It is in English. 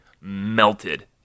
melted